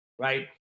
Right